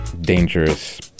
dangerous